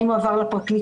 האם הוא עבר לפרקליטות.